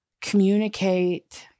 communicate